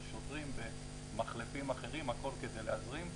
שוטרים במחלפים אחרים הכל כדי להזרים,